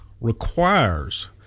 requires